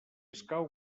escau